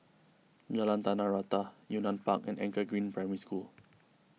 Jalan Tanah Rata Yunnan Park and Anchor Green Primary School